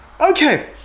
Okay